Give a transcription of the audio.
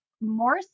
more